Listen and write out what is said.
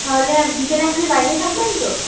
তাহলে বিকেলে আপনি বাড়িতে থাকবেন তো